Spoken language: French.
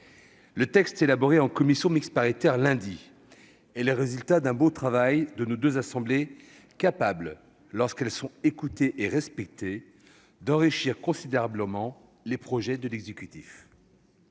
Le texte élaboré par la commission mixte paritaire lundi dernier est le résultat d'un beau travail de nos deux assemblées, capables, lorsqu'elles sont écoutées et respectées, d'enrichir considérablement les projets de l'exécutif.